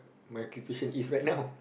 my occupation is right now